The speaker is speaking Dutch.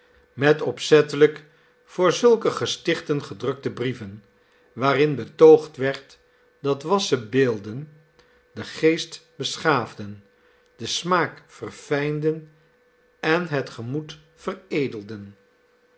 met opzettelijk voor zulke gestichten gedrukte brieven waarin betoogd werd dat wassen beelden den geest beschaafden den smaak verfijnden en het gemoed veredelden